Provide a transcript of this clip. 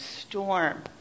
storm